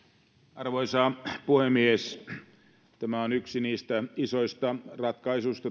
arvoisa puhemies tämä on yksi niistä isoista ratkaisuista